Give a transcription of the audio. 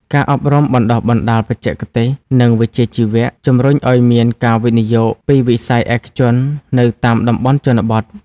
ការអប់រំបណ្ដុះបណ្ដាលបច្ចេកទេស និងវិជ្ជាជីវៈ ជំរុញឱ្យមានការវិនិយោគពីវិស័យឯកជននៅតាមតំបន់ជនបទ។